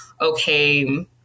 okay